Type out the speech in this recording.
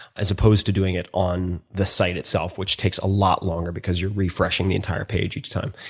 as opposed to doing it on the site itself, which takes a lot longer because you are refreshing the entire page each time.